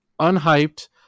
Unhyped